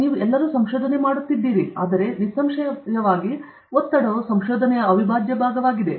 ನೀವು ಎಲ್ಲರೂ ಸಂಶೋಧನೆ ಮಾಡುತ್ತಿದ್ದೀರಿ ಆದ್ದರಿಂದ ನಿಸ್ಸಂಶಯವಾಗಿ ಒತ್ತಡವು ಸಂಶೋಧನೆಯ ಅವಿಭಾಜ್ಯ ಭಾಗವಾಗಿದೆ